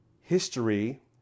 history